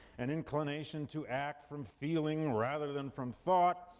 an inclination to act from feeling rather than from thought,